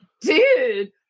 dude